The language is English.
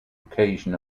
occasion